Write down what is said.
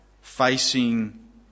facing